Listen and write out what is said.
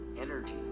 energy